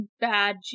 bad